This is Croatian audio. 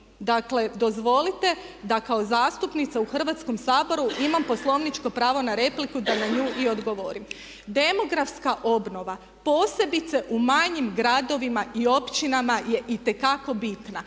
Dakle, dozvolite da kao zastupnica u Hrvatskom saboru imam poslovničko pravo na repliku da na nju i odgovorim. Demografska obnova posebice u manjim gradovima i općinama je itekako bitna.